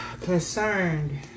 Concerned